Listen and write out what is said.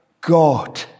God